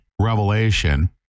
revelation